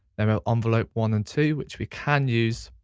um ah ah envelope one and two, which we can use